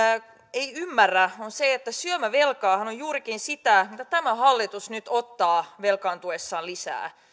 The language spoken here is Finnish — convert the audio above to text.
ei ymmärrä on se että syömävelkahan on juurikin sitä mitä tämä hallitus nyt ottaa velkaantuessaan lisää